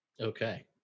Okay